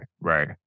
right